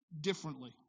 differently